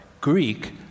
Greek